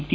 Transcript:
T